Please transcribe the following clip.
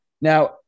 Now